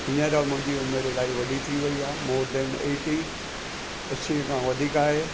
हींअर मुंहिंजी उमिरि इलाही वॾी थी वई आहे मोर देन एटी असीअ खां वधीक आहे